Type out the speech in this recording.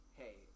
hey